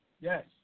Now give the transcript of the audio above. Yes